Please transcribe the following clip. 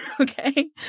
okay